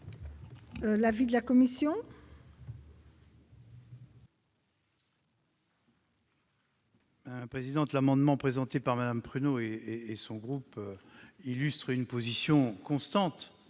l'avis de la commission ?